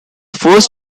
first